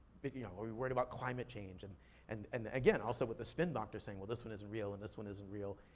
but you know, are we worried about climate change? and and and again, also, with the spin doctor saying, well this one isn't real, and this one isn't real.